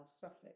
suffix